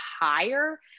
higher